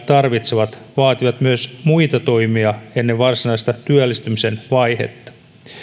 tarvitsevat vaativat myös muita toimia ennen varsinaista työllistymisen vaihetta